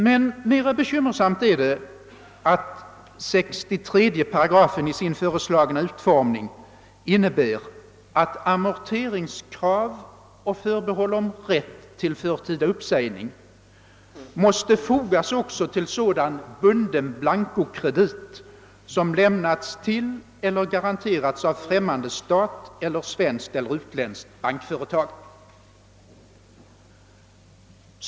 Mer bekymmersamt är det att 63 8 i dess föreslagna utformning innebär, att amorteringskrav och förbehåll om rätt till förtida uppsägning måste fogas också till sådan bunden blancokredit, som lämnats till eller garanterats av främmande stat eller svenskt eller utländskt bankföretag.